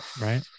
Right